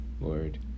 Lord